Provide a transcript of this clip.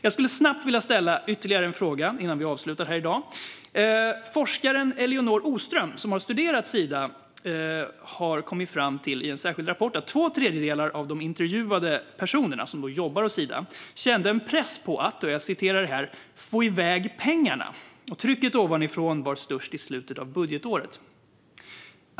Jag skulle snabbt vilja ställa ytterligare en fråga innan vi avslutar debatten i dag. Forskaren Elinor Ostrom, som har studerat Sida, kom i en särskild rapport fram till att två tredjedelar av de intervjuade personerna, som då jobbade hos Sida, kände en press att få iväg pengarna. Trycket ovanifrån var störst i slutet av budgetåret.